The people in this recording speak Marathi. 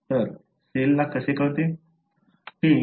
तर सेलला कसे कळते